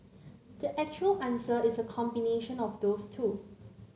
the actual answer is a combination of those two